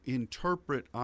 interpret